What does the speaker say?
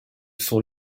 son